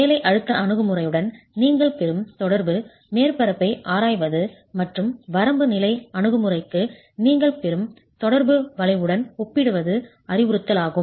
வேலை அழுத்த அணுகுமுறையுடன் நீங்கள் பெறும் தொடர்பு மேற்பரப்பை ஆராய்வது மற்றும் வரம்பு நிலை அணுகுமுறைக்கு நீங்கள் பெறும் தொடர்பு வளைவுடன் ஒப்பிடுவது அறிவுறுத்தலாகும்